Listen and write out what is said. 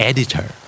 Editor